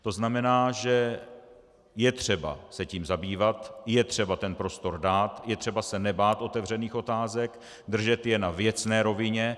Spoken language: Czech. To znamená, že je třeba se tím zabývat, je třeba ten prostor dát, je třeba se nebát otevřených otázek, držet je na věcné rovině.